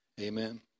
amen